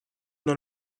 dans